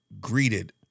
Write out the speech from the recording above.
greeted